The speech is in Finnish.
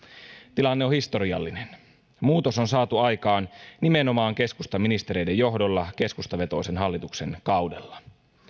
tilanne on historiallinen muutos on saatu aikaan nimenomaan keskustan ministereiden johdolla keskustavetoisen hallituksen kaudella